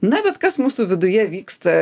na bet kas mūsų viduje vyksta